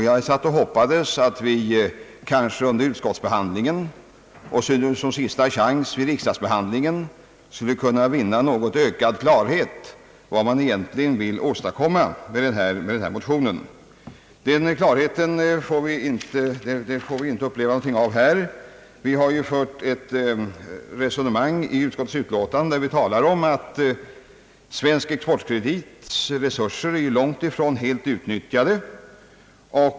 Jag hade hoppats att vi under utskottsbehandlingen eller kanske såsom en sista chans under kammarbehandlingen skulle kunna få en ökad klarhet om vad motionärerna egentligen vill åstadkomma med denna motion. Någon klarhet har vi dock inte fått. Utskottet anför i sitt utlåtande att AB Svensk exportkredits resurser är långt ifrån helt utnyttjade.